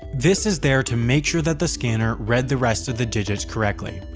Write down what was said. this is there to make sure that the scanner read the rest of the digits correctly.